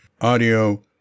Audio